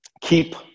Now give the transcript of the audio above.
keep